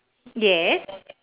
yes